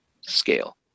scale